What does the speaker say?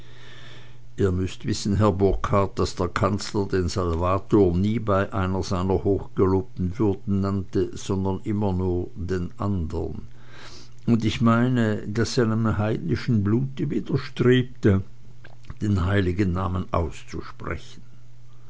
ihr müßt wissen herr burkhard daß der kanzler den salvator nie bei einer seiner hochgelobten würden nannte sondern immer nur den andern und ich meine daß es seinem heidnischen blute widerstrebte den heiligen namen auszusprechen